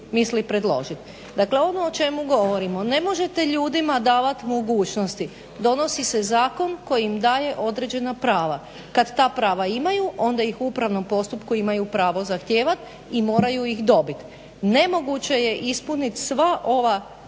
Dakle ono o čemu govorimo, ne možete ljudima davat mogućnosti. Donosi se zakon koji im daje određena prava. Kad ta prava imaju, onda ih u upravnom postupku imaju pravo zahtijevat i moraju ih dobit. Ne moguće je ispuniti sva prava